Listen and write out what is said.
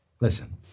Listen